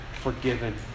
forgiven